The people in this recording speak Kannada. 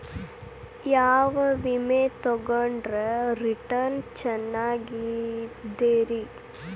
ಯಾವ ವಿಮೆ ತೊಗೊಂಡ್ರ ರಿಟರ್ನ್ ಚೆನ್ನಾಗಿದೆರಿ?